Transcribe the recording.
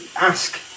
ask